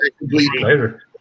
Later